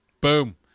Boom